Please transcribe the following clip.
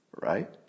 right